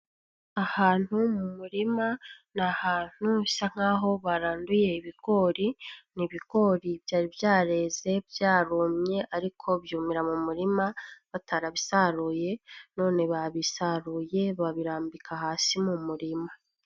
Ahantu mu murima ni ahantu bisa nkaho baranduye ibigori, ni ibigori byari byareze byarumye ariko byumira mu murima batarabisaruye none babisaruye babirambika hasi mu murima.